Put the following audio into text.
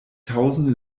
tausende